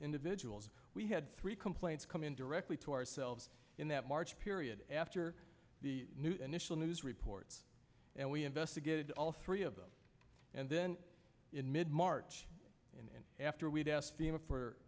individuals we had three complaints coming directly to ourselves in that march period after the new initial news reports and we investigated all three of them and then in mid march in after we'd es